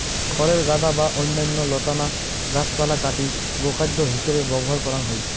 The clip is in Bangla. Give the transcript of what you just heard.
খড়ের গাদা বা অইন্যান্য লতানা গাছপালা কাটি গোখাদ্য হিছেবে ব্যবহার করাং হই